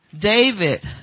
David